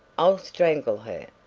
i'll strangle her.